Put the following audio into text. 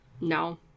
No